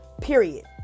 Period